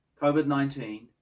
COVID-19